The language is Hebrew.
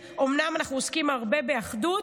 אומנם אנחנו עוסקים הרבה באחדות,